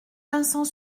vincent